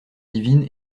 divine